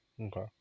Okay